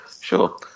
Sure